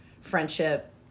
friendship